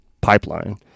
pipeline